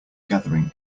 gathering